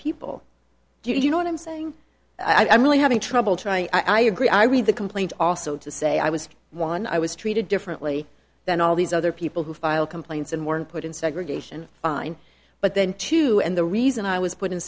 people do you know what i'm saying i'm really having trouble trying i agree i read the complaint also to say i was one and i was treated differently than all these other people who filed complaints and more and put in segregation on but then too and the reason i was put in